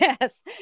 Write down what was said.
Yes